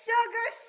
Sugar